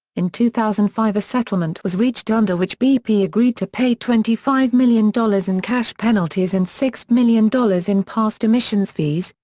in two thousand and five a settlement was reached under which bp agreed to pay twenty five million dollars in cash penalties and six million dollars in past emissions fees,